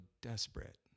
desperate